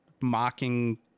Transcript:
mocking